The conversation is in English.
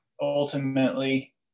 ultimately